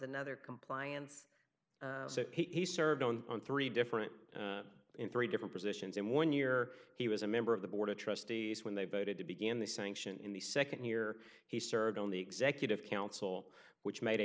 another compliance he served on on three different in three different positions in one year he was a member of the board of trustees when they voted to begin the sanction in the nd year he served on the executive council which made a